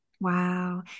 wow